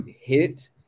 hit